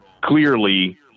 clearly